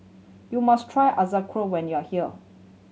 you must try Ochazuke when you are here